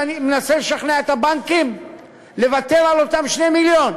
ואני מנסה לשכנע את הבנקים לוותר על אותם 2 מיליון.